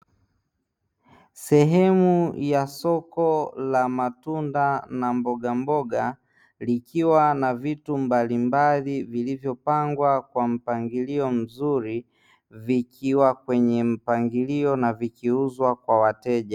Sehemu ya soko la matunda na mbogamboga, likiwa na vitu mbalimbali vilivyopangwa kwa mpangilio mzuri likiwa kwenye mpangilio na kuuzwa kwa wateja.